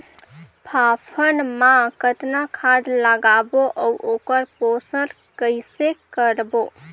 फाफण मा कतना खाद लगाबो अउ ओकर पोषण कइसे करबो?